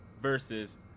versus